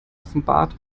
offenbart